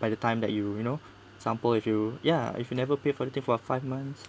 by the time that you you know example if you ya if you never pay for the thing for five months